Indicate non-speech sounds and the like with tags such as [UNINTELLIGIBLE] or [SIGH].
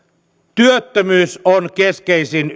työttömyys on keskeisin [UNINTELLIGIBLE]